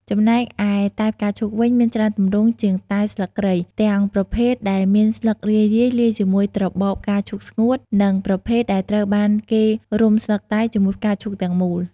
ចំណែកឯតែផ្កាឈូកវិញមានច្រើនទម្រង់ជាងតែស្លឹកគ្រៃ ទាំងប្រភេទដែលមានស្លឹករាយៗលាយជាមួយត្របកផ្កាឈូកស្ងួត និងប្រភេទដែលត្រូវបានគេរុំស្លឹកតែជាមួយផ្កាឈូកទាំងមូល។